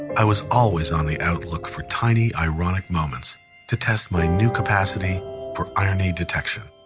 i was always on the outlook for tiny ironic moments to test my new capacity for irony detection.